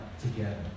together